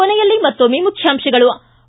ಕೊನೆಯಲ್ಲಿ ಮತ್ತೊಮ್ಮೆ ಮುಖ್ಯಾಂಶಗಳು ಿ